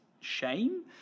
shame